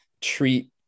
treat